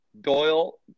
Doyle